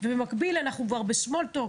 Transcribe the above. ובמקביל אנחנו כבר ב-small talk,